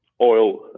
oil